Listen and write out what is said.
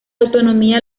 autonomía